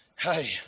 hey